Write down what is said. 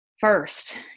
First